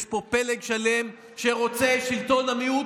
יש פה פלג שלם שרוצה שלטון המיעוט.